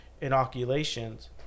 inoculations